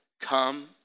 come